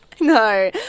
No